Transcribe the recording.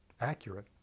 accurate